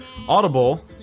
Audible